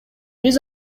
биз